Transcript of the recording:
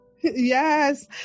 yes